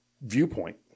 viewpoint